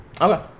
Okay